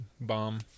bomb